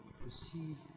receive